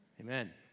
Amen